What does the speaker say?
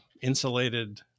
insulated